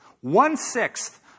one-sixth